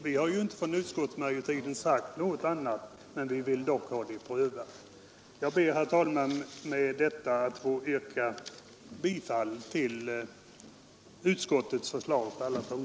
Vi har inte från utskottsmajoriteten sagt någonting annat än att vi vill ha förslaget prövat. Jag ber, herr talman, att med det anförda få yrka bifall till utskottets hemställan på alla punkter.